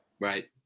Right